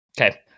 Okay